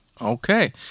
Okay